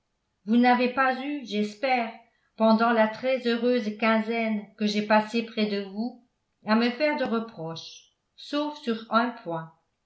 vous n'avez pas eu j'espère pendant la très heureuse quinzaine que j'ai passée près de vous à me faire de reproche sauf sur un point